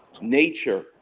nature